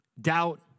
Doubt